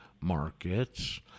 markets